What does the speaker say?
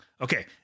Okay